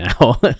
now